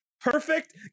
perfect